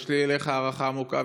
יש לי אליך הערכה עמוקה,